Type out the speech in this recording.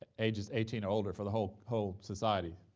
ages eighteen or older for the whole whole society.